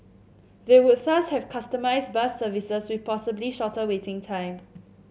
they would thus have customised bus services with possibly shorter waiting time